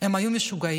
הם היו משוגעים.